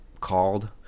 called